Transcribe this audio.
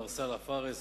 מר סאלח פארס,